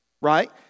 right